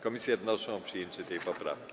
Komisje wnoszą o przyjęcie tej poprawki.